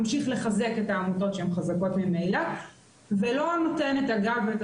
ממשיך לחזק את העמותות שהן חזקות ממילא ולא נותן את הגב ואת